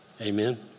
Amen